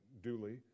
duly